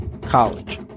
College